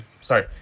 sorry